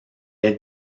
est